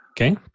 Okay